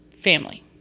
family